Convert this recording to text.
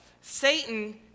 Satan